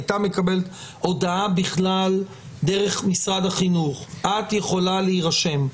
היא הייתה מקבלת הודעה בכלל דרך משרד החינוך: את יכולה להירשם.